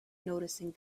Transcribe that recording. noticing